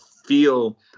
Feel